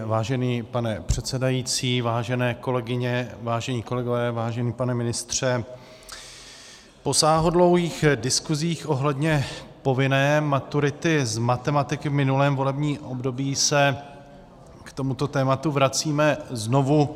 Vážený pane předsedající, vážené kolegyně, vážení kolegové, vážený pane ministře, po sáhodlouhých diskusích ohledně povinné maturity z matematiky v minulém volebním období se k tomuto tématu vracíme znovu.